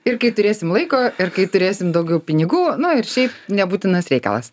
ir kai turėsim laiko ir kai turėsim daugiau pinigų na ir šiaip nebūtinas reikalas